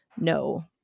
no